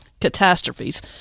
catastrophes